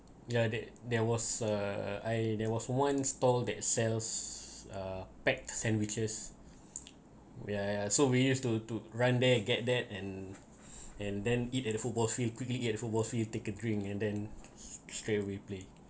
yeah that there was uh I there was one store that sells uh packed sandwiches where I so we used to to run there get there and and then eat at the football field quickly eat at the football field take a drink and then straight away play